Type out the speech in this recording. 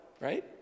right